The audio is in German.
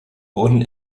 wurden